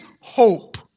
hope